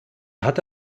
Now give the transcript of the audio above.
hatte